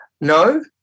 no